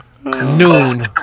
Noon